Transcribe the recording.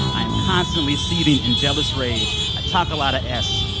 i am constantly seething in jealous rage. i talk a lot of s.